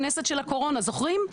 הכנסת של הקורונה זוכרים?